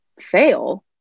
fail